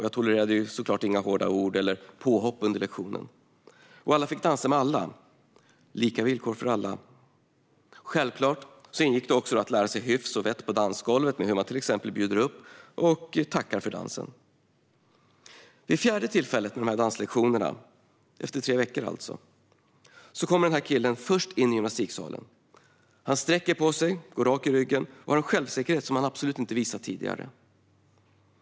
Jag tolererade såklart inga hårda ord eller påhopp under lektionen. Och alla fick dansa med alla - lika villkor för alla. Självklart ingick det också att lära sig hyfs och vett på dansgolvet, till exempel hur man bjuder upp och tackar för dansen. Vid det fjärde tillfället med danslektioner, alltså efter tre veckor, kom denna kille först in i gymnastiksalen. Han sträckte på sig och gick rak i ryggen med en självsäkerhet som han absolut inte hade visat tidigare.